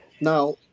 Now